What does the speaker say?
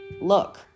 look